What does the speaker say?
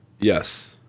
Yes